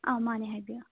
ꯃꯥꯅꯦ ꯍꯥꯏꯕꯤꯌꯣ